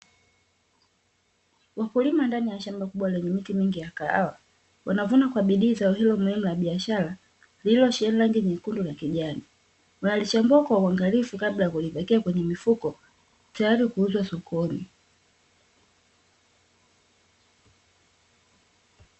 Wakulima ndani ya shamba kubwa lenye miti mingi ya kahawa, wanavuna kwa bidii zao hilo lililo la biashara lililosheheni rangi nyekundu na kijani. Wanalichambua kwa uangalifu kabla ya kulipakia kwenye mifuko, tayari kuuzwa sokoni.